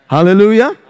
Hallelujah